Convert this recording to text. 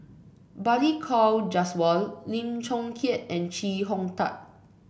Balli Kaur Jaswal Lim Chong Keat and Chee Hong Tat